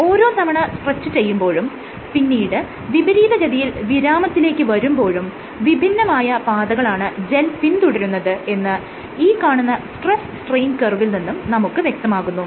ഓരോ തവണ സ്ട്രെച്ച് ചെയ്യുമ്പോഴും പിന്നീട് വിപരീതഗതിയിൽ വിരാമത്തിലേക്ക് വരുമ്പോഴും വിഭിന്നമായ പാതകളാണ് ജെൽ പിന്തുടരുന്നത് എന്ന് ഈ കാണുന്ന സ്ട്രെസ് സ്ട്രെയിൻ കർവിൽ നിന്നും നമുക്ക് വ്യക്തമാകുന്നു